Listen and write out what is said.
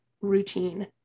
routine